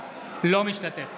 אינו משתתף